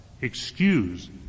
excuse